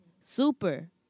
super